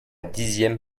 dixième